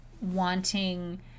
wanting